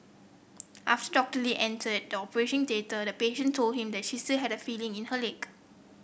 after Doctor Lee entered a theatre the patient told him that she say had feeling in her leg